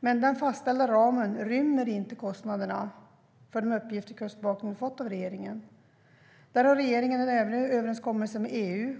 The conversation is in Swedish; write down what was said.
Men den fastställda ramen rymmer inte kostnaderna för de uppgifter Kustbevakningen har fått av regeringen. Regeringen har även överenskommelser med EU.